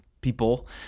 people